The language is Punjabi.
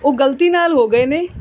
ਉਹ ਗਲਤੀ ਨਾਲ ਹੋ ਗਏ ਨੇ